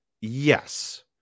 Yes